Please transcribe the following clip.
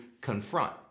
confront